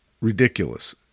ridiculous